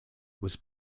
was